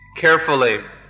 carefully